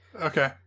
Okay